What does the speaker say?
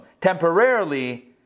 temporarily